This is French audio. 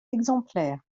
exemplaires